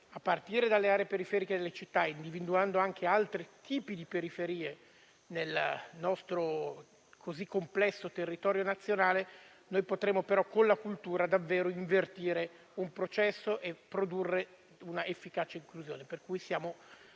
a partire dalle aree periferiche delle città, individuando anche altri tipi di periferie nel nostro così complesso territorio nazionale, potremmo con la cultura davvero invertire un processo e produrre una efficace inclusione. Siamo